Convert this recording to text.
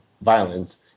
violence